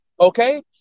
okay